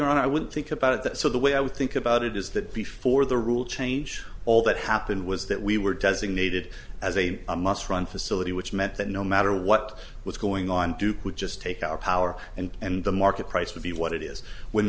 your own i wouldn't think about that so the way i would think about it is that before the rule change all that happened was that we were designated as a must run facility which meant that no matter what was going on do we just take our power and and the market price would be what it is when